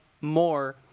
more